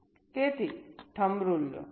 તેથી thumb rule લો